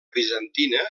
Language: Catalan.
bizantina